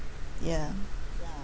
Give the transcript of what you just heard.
ya